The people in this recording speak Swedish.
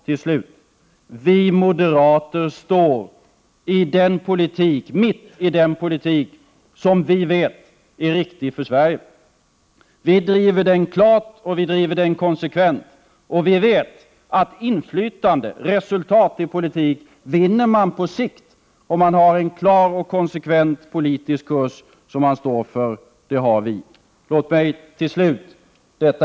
Till slut: Vi moderater står mitt i den politik som vi vet är riktig för Sverige. Vi driver den klart och vi driver den konsekvent, och vi vet att inflytande, resultat i politik, vinner man på sikt om man har en klar och konsekvent politisk kurs som man står för. Det har vi. Detta är ju vår slutdebatt.